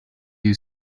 you